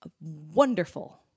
wonderful